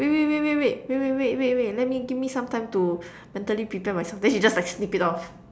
wait wait wait wait wait wait wait wait let me give me some time to mentally prepare myself then she just like snip it off